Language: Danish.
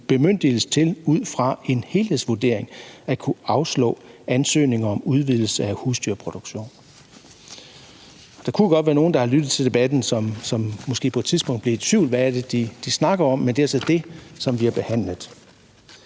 bemyndigelse til ud fra en helhedsvurdering at kunne afslå ansøgninger om udvidelse af husdyrproduktion. Der kunne godt være nogle, der har lyttet til debatten, som måske på et tidspunkt blev i tvivl om, hvad vi snakker om. Men det er altså det, som bliver behandlet.